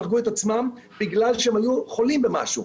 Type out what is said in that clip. הם הרגו את עצמם בגלל שהם היו חולים במשהו.